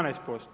12%